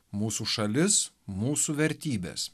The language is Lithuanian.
mūsų šalis mūsų vertybės